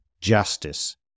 justice